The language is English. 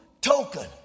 token